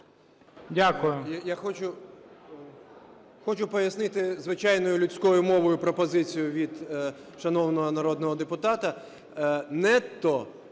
Дякую.